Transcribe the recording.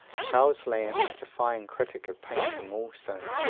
charles lamb is a fine critic of painting also.